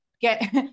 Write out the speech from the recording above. get